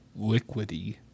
liquidy